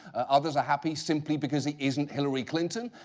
others are happy simply because he isn't hillary clinton.